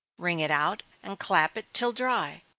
wring it out, and clap it till dry,